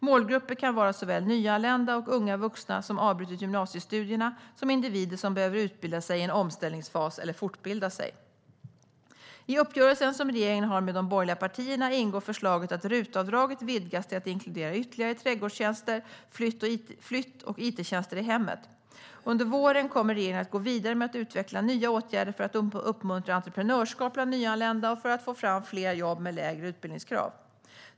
Målgrupper kan vara såväl nyanlända och unga vuxna vilka avbrutit gymnasiestudierna som individer vilka behöver utbilda sig i en omställningsfas eller fortbilda sig. I uppgörelsen som regeringen har med de borgerliga partierna ingår förslaget att RUT-avdraget vidgas till att inkludera ytterligare trädgårdstjänster samt flytt och it-tjänster i hemmet. Under våren kommer regeringen att gå vidare med att utveckla nya åtgärder för att uppmuntra entreprenörskap bland nyanlända och för att få fram fler jobb med lägre utbildningskrav.